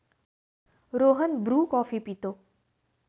Rohan Bru coffee पितो